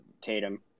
Tatum